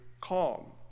calm